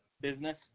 business